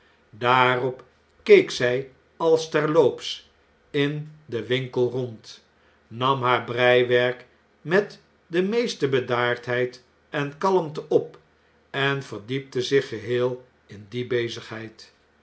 daarop keek zjj als terloops in den winkel rond nam haar breiwerk met de meeste bedaardheid en kalmte op en verdiepte zich geheel in die bezigheid